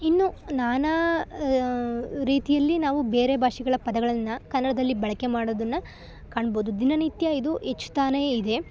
ಇನ್ನು ನಾನಾ ರೀತಿಯಲ್ಲಿ ನಾವು ಬೇರೆ ಭಾಷೆಗಳ ಪದಗಳನ್ನು ಕನ್ನಡದಲ್ಲಿ ಬಳಕೆ ಮಾಡೋದನ್ನು ಕಾಣ್ಬೋದು ದಿನನಿತ್ಯ ಇದು ಹೆಚ್ತಾನೆ ಇದೆ